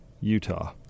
Utah